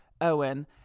Owen